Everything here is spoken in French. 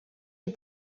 est